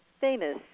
famous